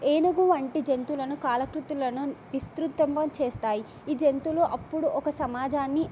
ఏనుగు వంటి జంతువులను కాలకృతులను విస్తృతంగా చేస్తాయి ఈ జంతువులు అప్పుడు ఒక సమాజాన్ని